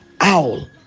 owl